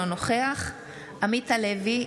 אינו נוכח עמית הלוי,